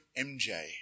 MJ